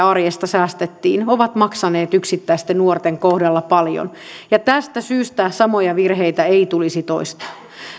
arjesta säästettiin ovat maksaneet yksittäisten nuorten kohdalla paljon tästä syystä samoja virheitä ei tulisi toistaa